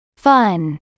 Fun